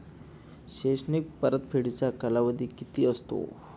शैक्षणिक परतफेडीचा कालावधी किती असतो?